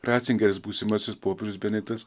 racingeris būsimasis popiežius benediktas